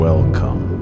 Welcome